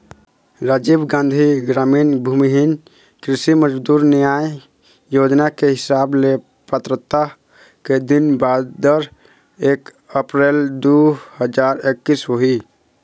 राजीव गांधी गरामीन भूमिहीन कृषि मजदूर न्याय योजना के हिसाब ले पात्रता के दिन बादर एक अपरेल दू हजार एक्कीस होही